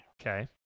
Okay